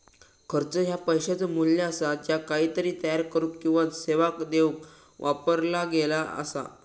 खर्च ह्या पैशाचो मू्ल्य असा ज्या काहीतरी तयार करुक किंवा सेवा देऊक वापरला गेला असा